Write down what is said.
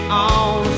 on